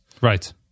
Right